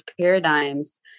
paradigms